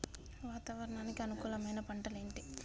వాతావరణానికి అనుకూలమైన పంటలు ఏంటి?